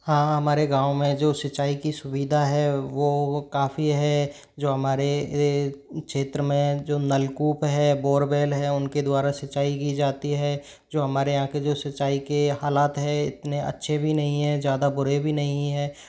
हाँ हमारे गाँव में जो सिंचाई की सुविधा है वो वो काफ़ी है जो हमारे क्षेत्र में जो नलकूप है बोरबेल है उनके द्वारा सिंचाई की जाती है जो हमारे यहाँ के जो सिंचाई के हालात है इतने अच्छे भी नहीं है ज़्यादा बुरे भी नहीं है